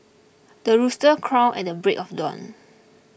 the rooster crow at the break of dawn